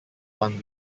one